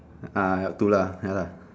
ah got two lah ya lah